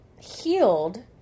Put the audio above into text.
healed